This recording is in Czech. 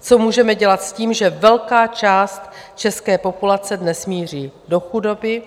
Co můžeme dělat s tím, že velká část české populace dnes míří do chudoby?